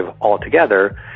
altogether